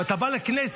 ואתה בא לכנסת,